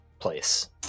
place